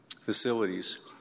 facilities